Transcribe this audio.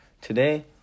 today